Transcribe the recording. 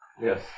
Yes